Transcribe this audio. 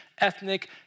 ethnic